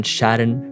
Sharon